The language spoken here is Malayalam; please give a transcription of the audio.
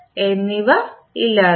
എന്നിവ ഇല്ലാതാക്കും